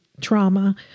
trauma